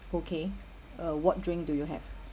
okay uh what drink do you have